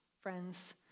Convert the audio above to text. friends